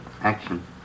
Action